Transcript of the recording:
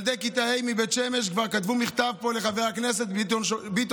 ילדי כיתה ה' מבית שמש כבר כתבו מכתב לחבר הכנסת ביטון,